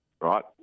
right